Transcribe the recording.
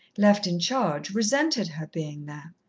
left in charge, resented her being there.